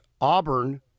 Auburn